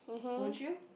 would you